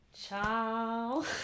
Ciao